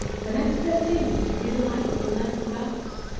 the next best thing is to be the wife of the man who does.